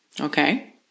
okay